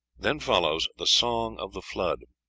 then follows the song of the flood